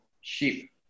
sheep